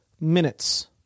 minutes